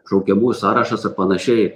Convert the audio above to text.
šaukiamųjų sąrašas ar panašiai